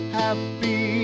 happy